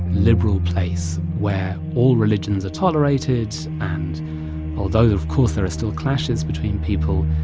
liberal place where all religions are tolerated. and although, of course, there are still clashes between people,